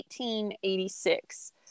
1886